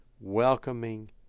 welcoming